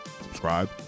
subscribe